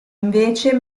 invece